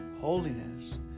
holiness